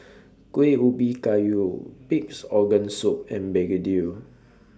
Kueh Ubi Kayu Pig'S Organ Soup and Begedil